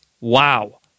Wow